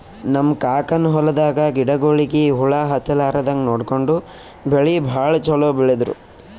ನಮ್ ಕಾಕನ್ ಹೊಲದಾಗ ಗಿಡಗೋಳಿಗಿ ಹುಳ ಹತ್ತಲಾರದಂಗ್ ನೋಡ್ಕೊಂಡು ಬೆಳಿ ಭಾಳ್ ಛಲೋ ಬೆಳದ್ರು